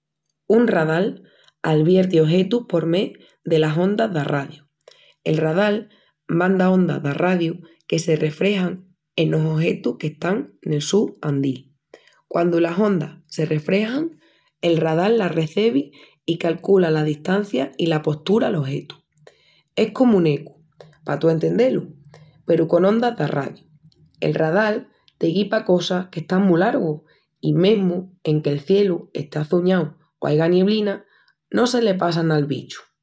Un radal alvierti ojetus por mé delas ondas d'arradiu. El radal manda ondas d'arradiu que se refrexan enos ojetus qu'están nel su andil. Quandu las ondas se refrexan, el radal las recebi i calcula la distancia i la postura'l ojetu. Es comu un ecu, pa tú entendé-lu, peru con ondas d'arradiu. El radal te guipa cosas qu'están mu largu i mesmu enque'l cielu estea açuñau o aiga nieblina. No se le passa ná al bichu!